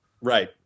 Right